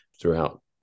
throughout